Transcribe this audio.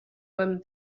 him